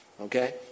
Okay